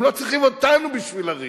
הם לא צריכים אותנו בשביל לריב.